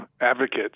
advocates